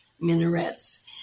minarets